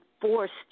forced